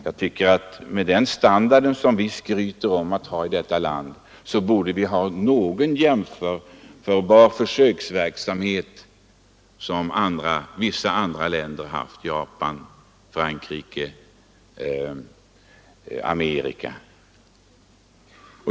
Med tanke på den standard som vi skryter med att ha i detta land tycker jag att vi borde bedriva någon försöksverksamhet som är jämförbar med den som förekommer i vissa andra länder, t.ex. Japan, Frankrike, Amerika.